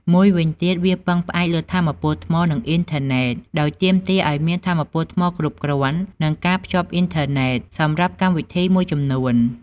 មួយវិញទៀត វាពឹងផ្អែកលើថាមពលថ្ម និងអ៊ីនធឺណេត ដោយទាមទារឱ្យមានថាមពលថ្មគ្រប់គ្រាន់ និងការភ្ជាប់អ៊ីនធឺណេត សម្រាប់កម្មវិធីមួយចំនួន។